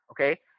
okay